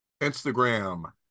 Instagram